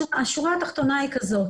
השורה התחתונה היא כזאת